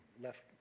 left